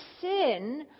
sin